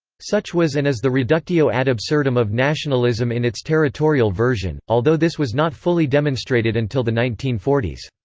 such was and is the reductio ad absurdum of nationalism in its territorial version, although this was not fully demonstrated until the nineteen forty s.